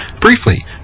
Briefly